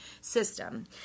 system